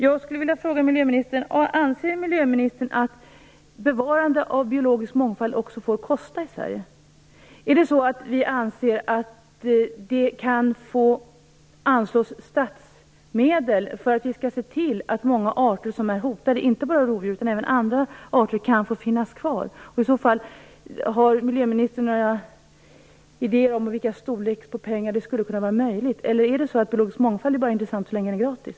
Jag vill fråga miljöministern: Anser miljöministern att bevarande av biologisk mångfald också får kosta i Sverige? Kan vi anslå statsmedel för att se till att många hotade arter, inte bara rovdjur utan även andra arter, skall få finnas kvar? Har miljöministern i så fall några idéer om hur stora belopp som i så fall skulle vara möjliga? Eller är det så att biologisk mångfald bara är intressant så länge den är gratis?